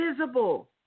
visible